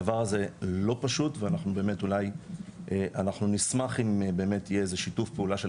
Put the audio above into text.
הדבר הזה לא פשוט ואנחנו באמת נשמח עם יהיה שיתוף פעולה של